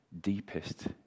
deepest